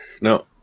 No